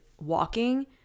walking